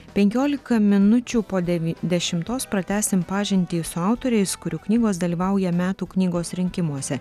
penkiolika minučių po devy dešimtos pratęsim pažintį su autoriais kurių knygos dalyvauja metų knygos rinkimuose